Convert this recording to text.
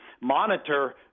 monitor